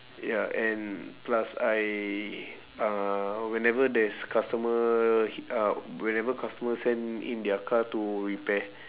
ya and plus I uh whenever there's customer uh whenever customer send in their car to repair